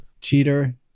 cheater